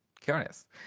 Curious